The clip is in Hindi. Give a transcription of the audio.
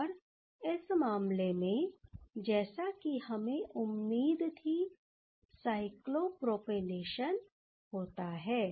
और इस मामले में जैसा कि हमें उम्मीद थी साइक्लोप्रोपानेशन होता है